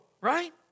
right